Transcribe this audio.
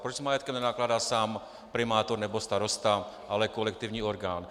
Proč s majetkem nenakládá sám primátor nebo starosta, ale kolektivní orgán?